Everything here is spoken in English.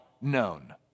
known